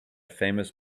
famous